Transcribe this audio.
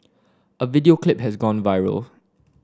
a video clip has gone viral